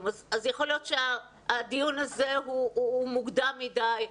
יכול להיות שהדיון הזה מוקדם מידי.